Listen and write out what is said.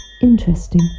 Interesting